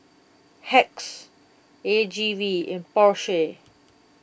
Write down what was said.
Hacks A G V and Porsche